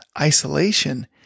isolation